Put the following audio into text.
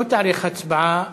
לא תיערך הצבעה,